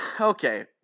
okay